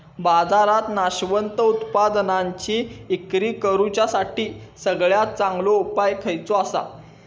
बाजारात नाशवंत उत्पादनांची इक्री करुच्यासाठी सगळ्यात चांगलो उपाय खयचो आसा?